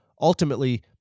ultimately